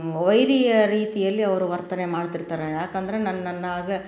ವೈರಿಯ ರೀತಿಯಲ್ಲಿ ಅವ್ರು ವರ್ತನೆ ಮಾಡ್ತಿರ್ತಾರೆ ಏಕಂದ್ರೆ ನನ್ನನ್ನು ಆಗ